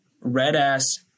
red-ass